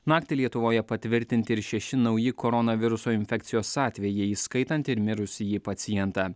naktį lietuvoje patvirtinti ir šeši nauji koronaviruso infekcijos atvejai įskaitant ir mirusįjį pacientą